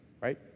Right